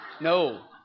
no